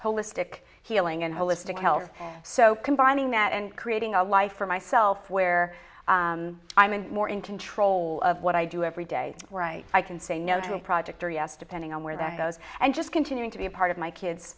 holistic healing and holistic health care so combining that and creating a life for myself where i'm more in control of what i do every day i can say no to a project or yes depending on where that goes and just continuing to be a part of my kids